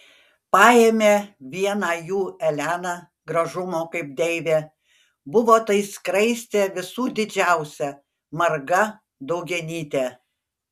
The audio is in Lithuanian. paėmė vieną jų elena gražumo kaip deivė buvo tai skraistė visų didžiausia marga daugianytė